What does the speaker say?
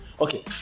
okay